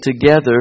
together